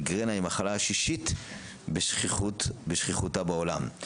מיגרנה היא המחלה השישית בשכיחותה בעולם.